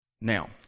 Now